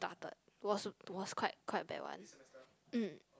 started was was quite quite bad [one] mm